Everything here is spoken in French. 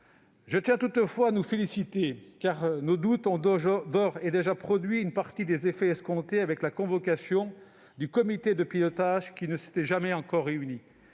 Je tiens toutefois à nous féliciter, car nos doutes ont d'ores et déjà produit une partie des effets escomptés avec la convocation du comité de pilotage, qui ne s'était encore jamais